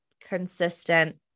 consistent